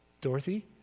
Dorothy